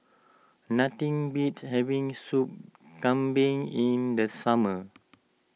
nothing beats having Soup Kambing in the summer